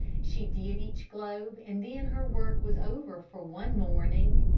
she did each globe and then her work was over for one morning.